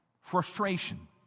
frustration